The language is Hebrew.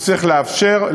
וצריך לאפשר,